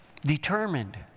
determined